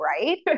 right